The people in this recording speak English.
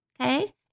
okay